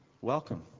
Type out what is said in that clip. Welcome